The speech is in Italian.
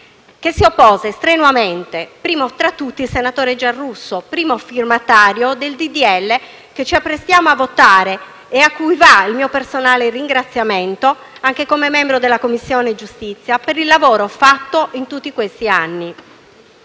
che si oppose strenuamente, primo tra tutti il senatore Giarrusso, quale primo firmatario del disegno di legge che ci apprestiamo a votare e al quale va il mio personale ringraziamento come membro della Commissione giustizia del Senato, per il lavoro fatto in tutti questi anni.